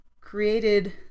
created